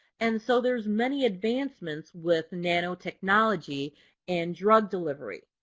and so there's many advancements with nanotechnology and drug delivery.